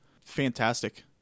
fantastic